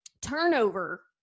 turnover